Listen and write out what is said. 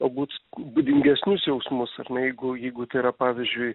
galbūt būdingesnius jausmus ar ne jeigu jeigu tai yra pavyzdžiui